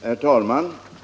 Herr talman!